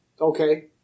Okay